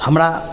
हमरा